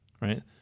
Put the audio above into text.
right